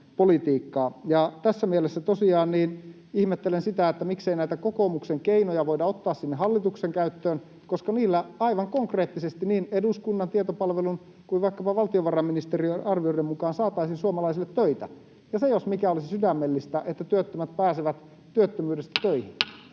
Tässä mielessä tosiaan ihmettelen sitä, miksei näitä kokoomuksen keinoja voida ottaa sinne hallituksen käyttöön, koska niillä aivan konkreettisesti niin eduskunnan tietopalvelun kuin vaikkapa valtiovarainministeriön arvioiden mukaan saataisiin suomalaisille töitä. Ja se, jos mikä olisi sydämellistä, että työttömät pääsevät työttömyydestä töihin.